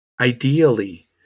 Ideally